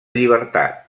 llibertat